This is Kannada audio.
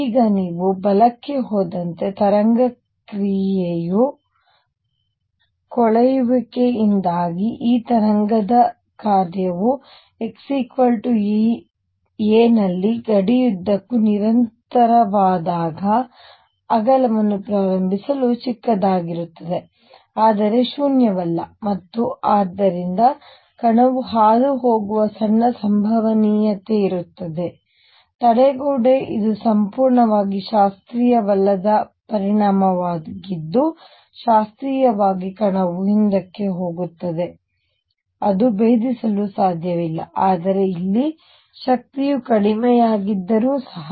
ಈಗ ನೀವು ಬಲಕ್ಕೆ ಹೋದಂತೆ ತರಂಗ ಕ್ರಿಯೆಯ ಕೊಳೆಯುವಿಕೆಯಿಂದಾಗಿ ಈ ತರಂಗ ಕಾರ್ಯವು x a ನಲ್ಲಿ ಗಡಿಯುದ್ದಕ್ಕೂ ನಿರಂತರವಾದಾಗ ಅಗಲವನ್ನು ಪ್ರಾರಂಭಿಸಲು ಚಿಕ್ಕದಾಗಿರುತ್ತದೆ ಆದರೆ ಶೂನ್ಯವಲ್ಲ ಮತ್ತು ಆದ್ದರಿಂದ ಕಣವು ಹಾದುಹೋಗುವ ಸಣ್ಣ ಸಂಭವನೀಯತೆ ಇರುತ್ತದೆ ತಡೆಗೋಡೆ ಇದು ಸಂಪೂರ್ಣವಾಗಿ ಶಾಸ್ತ್ರೀಯವಲ್ಲದ ಪರಿಣಾಮವಾಗಿದ್ದು ಶಾಸ್ತ್ರೀಯವಾಗಿ ಕಣವು ಹಿಂದಕ್ಕೆ ಹೋಗುತ್ತದೆ ಅದು ಭೇದಿಸಲು ಸಾಧ್ಯವಿಲ್ಲ ಆದರೆ ಇಲ್ಲಿ ಶಕ್ತಿಯು ಕಡಿಮೆಯಾಗಿದ್ದರೂ ಸಹ